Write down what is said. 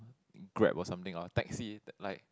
Grab or something or taxi t~ like